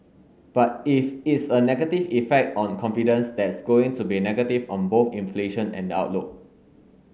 but if it's a negative effect on confidence that's going to be negative on both inflation and the outlook